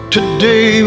Today